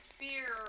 fear